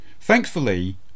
Thankfully